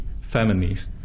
families